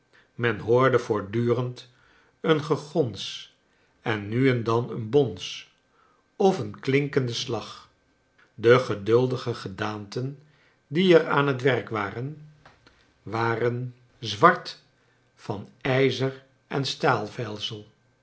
men hoorde voortdurend een gegons en nu en dan een bons of een klinkenden slag de geduldige gedaanten die er aan het werk waren waren zwart van ijzer en